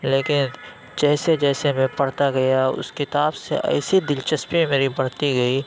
لیکن جیسے جیسے میں پڑھتا گیا اُس کتاب سے ایسی دلچسپی میری بڑھتی گئی